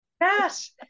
Yes